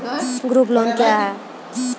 Group loan क्या है?